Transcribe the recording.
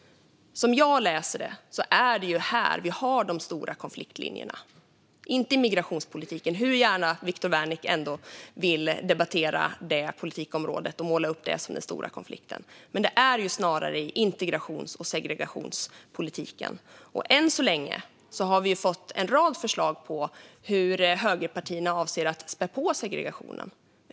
Som jag läser det är det här som vi har de stora konfliktlinjerna. De finns inte i migrationspolitiken, hur gärna Viktor Wärnick ändå vill debattera detta politikområde och måla upp det som den stora konflikten. Men det är snarare i integrations och segregationspolitiken som skiljelinjerna går. Hittills har vi sett en rad förslag om hur högerpartierna avser att spä på segregationen.